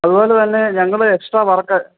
അതുപോലെ തന്നെ ഞങ്ങൾ എക്സ്ട്രാ വര്ക്ക്